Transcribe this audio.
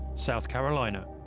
south carolina.